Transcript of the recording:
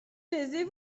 taisez